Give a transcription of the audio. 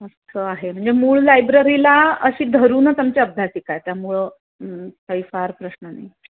असं आहे म्हणजे मूळ लायब्ररीला अशी धरूनच आमची अभ्यासिका आहे त्यामुळं काही फार प्रश्न नाही